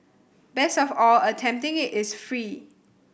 best of all attempting it is free